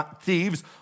thieves